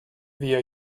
via